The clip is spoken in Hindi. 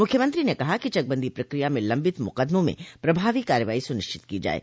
मुख्यमंत्री ने कहा कि चकबंदी प्रकिया में लंबित मुकदमों में प्रभावी कार्रवाई सुनिश्चित की जाये